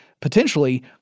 potentially